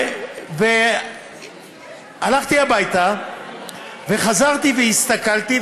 הלכתי הביתה וחזרתי והסתכלתי,